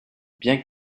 bien